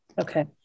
Okay